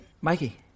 Mikey